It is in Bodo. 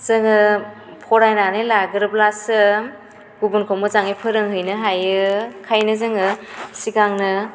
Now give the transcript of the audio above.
जोङो फरायनानै लाग्रोब्लासो गुबुनखौ मोजाङै फोरोंहैनो हायो ओंखायनो जोङो सिगांनो